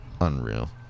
Unreal